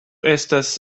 estas